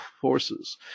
forces